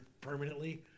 permanently